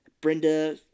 Brenda